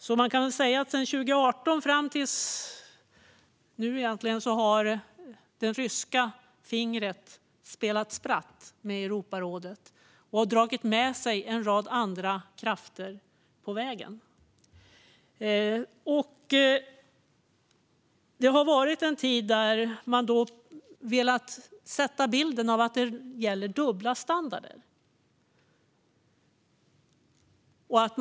Sedan 2018 och fram till nu, egentligen, har alltså det ryska fingret spelat spratt med Europarådet och dragit med sig en rad andra krafter på vägen. Det har varit en tid där man velat etablera bilden av att dubbla standarder gäller.